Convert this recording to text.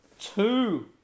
two